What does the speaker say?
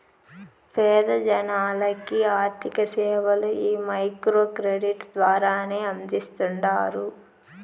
పేద జనాలకి ఆర్థిక సేవలు ఈ మైక్రో క్రెడిట్ ద్వారానే అందిస్తాండారు